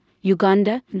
Uganda